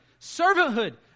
servanthood